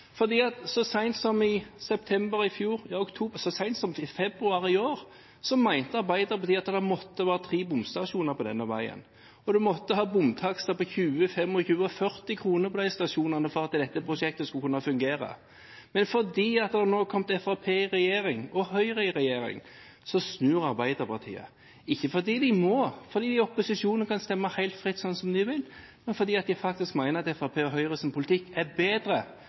så sent som i februar i år mente Arbeiderpartiet at det måtte være tre bomstasjoner på denne veien, og at man måtte ha bomtakster på 20, 25 og 40 kr på disse stasjonene for at dette prosjektet skulle kunne fungere. Men fordi Fremskrittspartiet og Høyre nå er kommet i regjering, snur Arbeiderpartiet – ikke fordi de må, for de er i opposisjon og kan stemme helt fritt, som de vil, men fordi de faktisk mener at Fremskrittspartiets og Høyres politikk er bedre